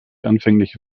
anfängliche